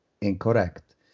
Incorrect